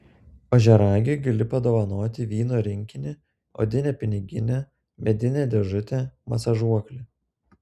ožiaragiui gali padovanoti vyno rinkinį odinę piniginę medinę dėžutę masažuoklį